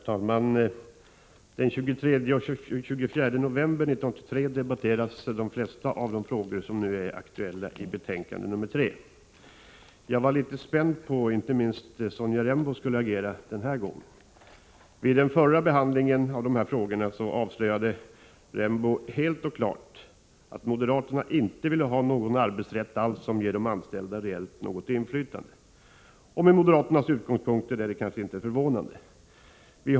Herr talman! Den 23 och 24 november 1983 debatterades de flesta av de frågor som nu är aktuella i arbetsmarknadsutskottets betänkande 3. Jag var litet spänd på hur inte minst Sonja Rembo skulle agera den här gången. Vid den förra behandlingen av dessa frågor avslöjade Sonja Rembo helt och klart att moderaterna inte ville ha någon arbetsrätt alls som ger de anställda reellt inflytande. Med moderaternas utgångspunkt är det kanske inte så förvånande.